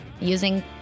using